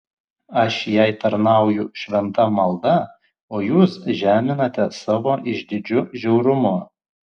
aš jai tarnauju šventa malda o jūs žeminate savo išdidžiu žiaurumu